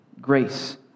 grace